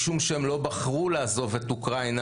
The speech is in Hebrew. משום שהם לא בחרו לעזוב את אוקראינה.